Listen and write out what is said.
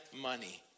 money